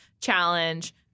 Challenge